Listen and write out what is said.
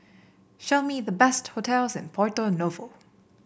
show me the best hotels in Porto Novo